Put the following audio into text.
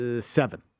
Seven